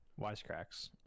wisecracks